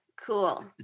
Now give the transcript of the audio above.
cool